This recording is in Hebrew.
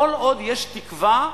כל עוד יש תקווה,